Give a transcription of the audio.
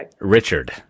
Richard